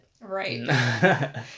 right